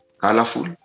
colorful